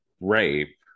rape